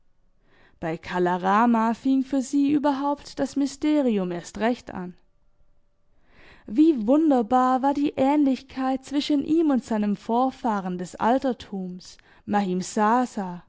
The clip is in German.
bei kala rama fing für sie überhaupt das mysterium erst recht an wie wunderbar war die ähnlichkeit zwischen ihm und seinem vorfahren des altertums